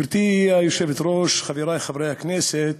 גברתי היושבת-ראש, חברי חברי הכנסת,